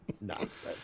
Nonsense